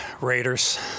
Raiders